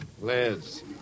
Liz